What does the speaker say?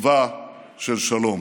תקווה של שלום.